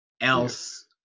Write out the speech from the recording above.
else